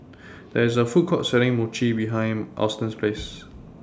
There IS A Food Court Selling Mochi behind Alston's House